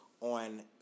on